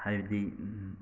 ꯍꯥꯏꯕꯗꯤ